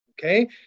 okay